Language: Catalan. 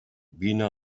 vine